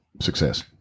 success